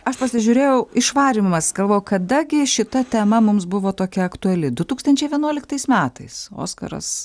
aš pasižiūrėjau išvarymas galvoju kada gi šita tema mums buvo tokia aktuali du tūkstančiai vienuoliktais metais oskaras